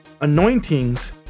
anointings